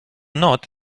not